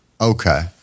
Okay